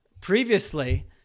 previously